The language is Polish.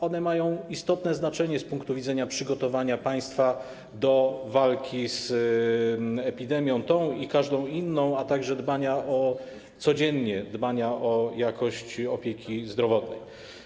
One mają istotne znaczenie z punktu widzenia przygotowania państwa do walki z tą epidemią i każdą inną, a także dbania codziennie o jakość opieki zdrowotnej.